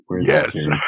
Yes